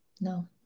No